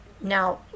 Now